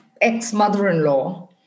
ex-mother-in-law